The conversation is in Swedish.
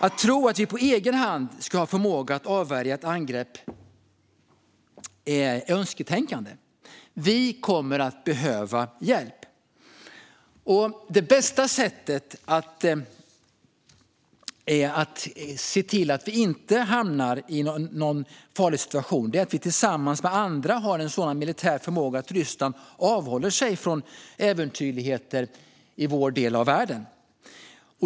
Att tro att vi på egen hand skulle ha förmåga att avvärja ett angrepp är önsketänkande - vi kommer att behöva hjälp. Det bästa sättet att se till att vi inte hamnar i någon farlig situation är att vi tillsammans med andra har en sådan militär förmåga att Ryssland avhåller sig från äventyrligheter i vår del av världen.